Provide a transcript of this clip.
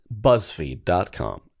BuzzFeed.com